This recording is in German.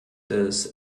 des